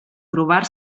trobar